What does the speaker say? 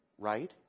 right